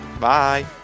Bye